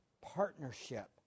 partnership